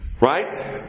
Right